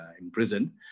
imprisoned